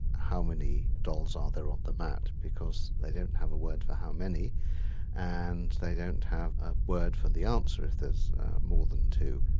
how many dolls are there on the mat? because they don't have a word for how many and they don't have a word for the answer if there's more than two.